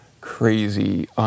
crazy